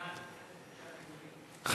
בעד.